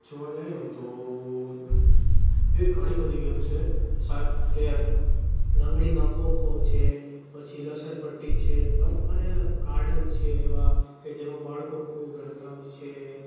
જોવા જઈએને તો એવી ઘણી બધી ગેમ છે સાહેબ કે લંગડીમાં ખોખો છે પછી લસણપટ્ટી છે અને ગાર્ડન છે એવા કે જેમાં બાળકો ખૂબ રમતા હોય છે